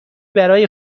برای